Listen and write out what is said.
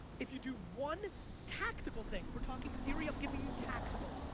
if you do one tactical thing, we're talking theory, i'm giving you tactical.